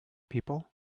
people